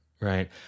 Right